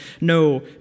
no